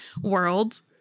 world